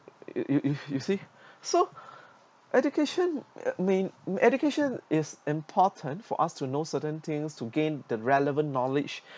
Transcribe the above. you you you see so education uh may education is important for us to know certain things to gain the relevant knowledge